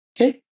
okay